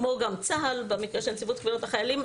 כמו גם צה"ל במקרה של נציבות קבילות החיילים,